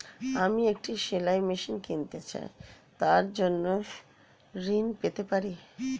আমি একটি সেলাই মেশিন কিনতে চাই তার জন্য ঋণ পেতে পারি?